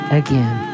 again